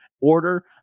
order